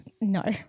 No